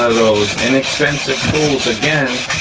those inexpensive tools again,